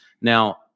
Now